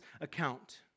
account